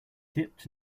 dipped